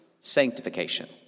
sanctification